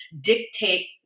dictate